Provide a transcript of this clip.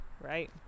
Right